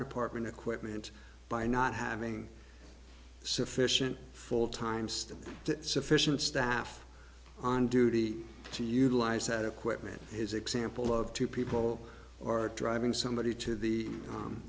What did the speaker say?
department equipment by not having sufficient full time staff that sufficient staff on duty to utilize that equipment is example of two people or driving somebody to the